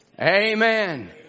Amen